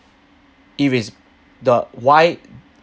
irresp~ the white